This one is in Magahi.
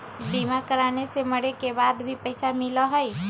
बीमा कराने से मरे के बाद भी पईसा मिलहई?